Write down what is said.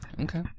Okay